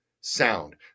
sound